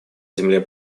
земле